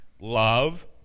love